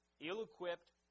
ill-equipped